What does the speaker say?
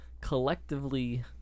collectively